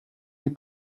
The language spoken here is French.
les